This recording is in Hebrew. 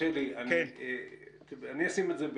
אני אשים את זה,